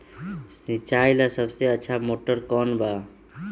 सिंचाई ला सबसे अच्छा मोटर कौन बा?